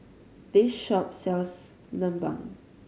this shop sells lemang